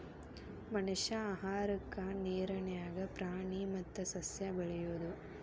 ಮನಷ್ಯಾ ಆಹಾರಕ್ಕಾ ನೇರ ನ್ಯಾಗ ಪ್ರಾಣಿ ಮತ್ತ ಸಸ್ಯಾ ಬೆಳಿಯುದು